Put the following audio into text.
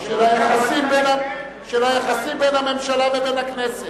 של היחסים בין הממשלה לבין הכנסת.